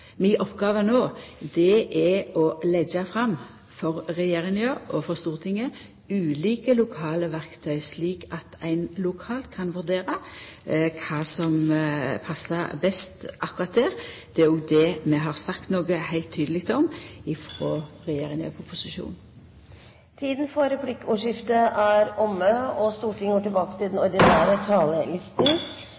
mi oppgåve no, er å leggja fram for regjeringa og for Stortinget ulike lokale verktøy, slik at ein lokalt kan vurdera kva som passar best akkurat der. Det er jo det vi har sagt noko heilt tydeleg om frå regjeringa i proposisjonen. Replikkordskiftet er dermed omme.